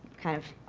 kind of,